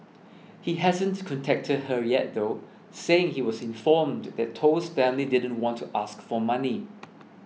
he hasn't contacted her yet though saying he was informed that Toh's family didn't want to ask for money